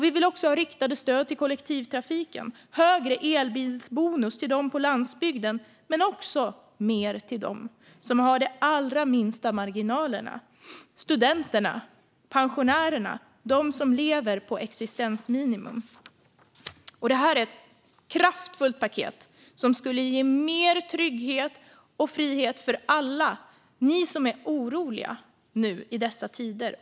Vi vill också ha riktade stöd till kollektivtrafiken, högre elbilsbonus till dem på landsbygden men också mer till dem som har de allra minsta marginalerna - studenter och pensionärer som lever på existensminimum. Detta är ett kraftfullt paket som skulle ge mer trygghet och frihet för alla, också för ekonomin för er som är oroliga nu i dessa tider.